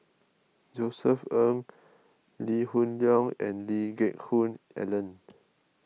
Josef Ng Lee Hoon Leong and Lee Geck Hoon Ellen